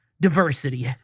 Diversity